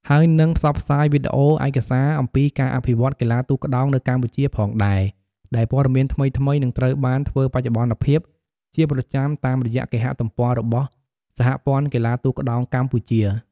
ហើយនឺងផ្សព្វផ្សាយវីដេអូឯកសារអំពីការអភិវឌ្ឍន៍កីឡាទូកក្ដោងនៅកម្ពុជាផងដែរ ដែលព័ត៌មានថ្មីៗនឹងត្រូវបានធ្វើបច្ចុប្បន្នភាពជាប្រចាំតាមរយៈគេហទំព័ររបស់ សហព័ន្ធកីឡាទូកក្ដោងកម្ពុជា។